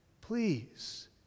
Please